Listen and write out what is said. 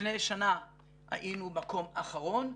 לפני שנה היינו מקום אחרון.